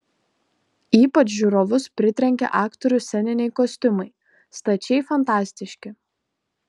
ypač žiūrovus pritrenkė aktorių sceniniai kostiumai stačiai fantastiški